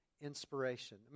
inspiration